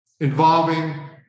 involving